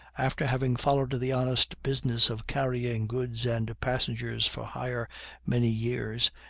after having followed the honest business of carrying goods and passengers for hire many years,